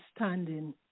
understanding